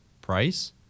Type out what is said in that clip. Price